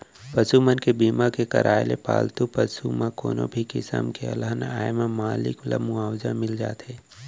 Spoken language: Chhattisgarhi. पसु मन के बीमा के करवाय ले पालतू पसु म कोनो भी किसम के अलहन आए म मालिक ल मुवाजा मिल जाथे